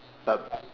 but